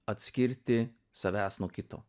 atskirti savęs nuo kito